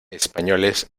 españoles